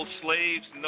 slaves